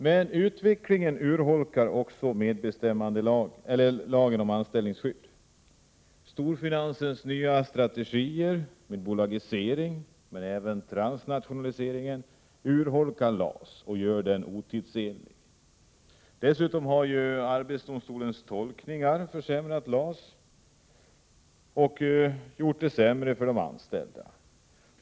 Men utvecklingen urholkar också lagen om anställningsskydd. Storfinansens nya strategier, med bolagisering men även transnationaliseringen, urholkar LAS och gör den otidsenlig. Dessutom har arbetsdomstolens tolkningar försämrat LAS och därigenom gjort den sämre för de anställda.